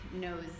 knows